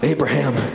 Abraham